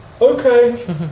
okay